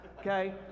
okay